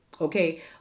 Okay